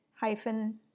hyphen